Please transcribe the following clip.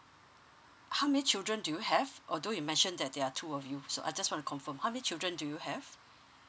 how many children do you have although you mentioned that there are two of you so I just wanna confirm how many children do you have